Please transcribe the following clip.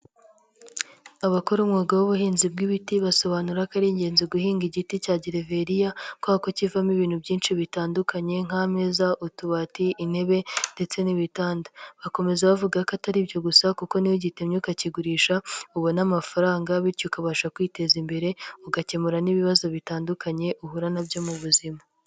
Abakora umwuga w'ubuhinzi bw'ibiti basobanura ko ari ingenzi guhinga igiti cya gereveriya kubera ko kivamo ibintu byinshi bitandukanye nk'ameza, utubati, intebe ndetse n'ibitanda. Bakomeza bavuga ko atari ibyo gusa kuko niyo ugitemye ukakigurisha ubona amafaranga bityo ukabasha kwiteza imbere, ugakemura n'ibibazo bitandukanye uhura nabyo mu buzima.